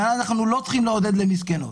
אבל אנחנו לא צריכים לעודד למסכנות.